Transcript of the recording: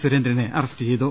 സുരേന്ദ്രനെ അറസ്റ്റു ചെയ്തു